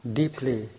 deeply